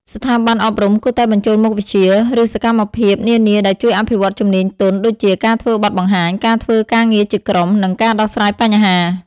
ស្ថាប័នអប់រំគួរតែបញ្ចូលមុខវិជ្ជា ឬសកម្មភាពនានាដែលជួយអភិវឌ្ឍជំនាញទន់ ដូចជា ការធ្វើបទបង្ហាញ ការធ្វើការងារជាក្រុម និងការដោះស្រាយបញ្ហា។